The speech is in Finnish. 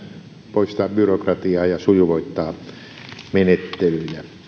poistaa byrokratiaa ja sujuvoittaa menettelyjä